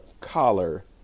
collar